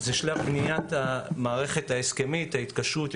למעשה הוא שלב בניית המערכת ההסכמית, ההתקשרות.